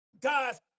Guys